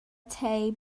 tei